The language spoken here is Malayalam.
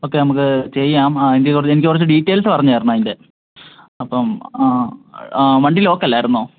ഓക്കെ നമുക്ക് ചെയ്യാം ആ എൻ്റെ എനിക്ക് കുറച്ച് ഡീറ്റെയിൽസ് പറഞ്ഞ് തരണം അതിൻ്റെ അപ്പം ആ വണ്ടി ലോക്ക് അല്ലായിരുന്നോ